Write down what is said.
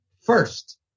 First